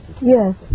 Yes